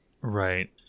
Right